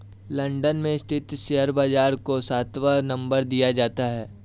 London में स्थित share बाजार को सातवां नम्बर दिया जाता है